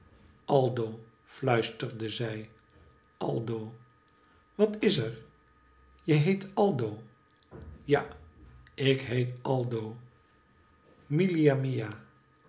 aldo fluisterde zij aldo wat is er je heet aldo ja ik heet aldo milia mia